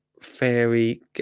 fairy